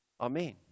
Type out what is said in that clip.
Amen